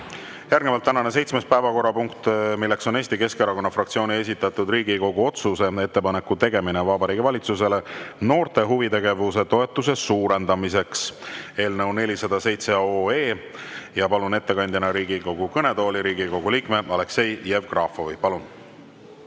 Järgnevalt tänane seitsmes päevakorrapunkt, milleks on Eesti Keskerakonna fraktsiooni esitatud Riigikogu otsuse "Ettepaneku tegemine Vabariigi Valitsusele noorte huvitegevuse toetuse suurendamiseks" eelnõu 407. Palun ettekandjaks Riigikogu kõnetooli Riigikogu liikme Aleksei Jevgrafovi. Palun!